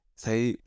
say